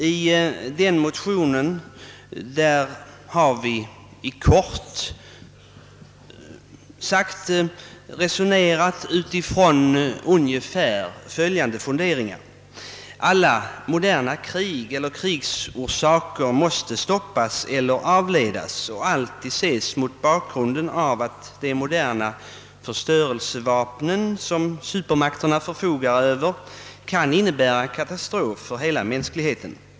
I den motionen har vi bl.a. fört följande resonemang: »Alla moderna krig eller krigsorsaker måste stoppas eller avledas och alltid ses mot bakgrunden av att de moderna förstörelsevapnen, som supermakterna förfogar över, kan innebära katastrof för hela mänskligheten.